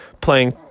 playing